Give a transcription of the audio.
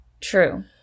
True